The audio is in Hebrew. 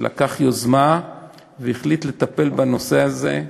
שלקח יוזמה והחליט לטפל בנושא הזה,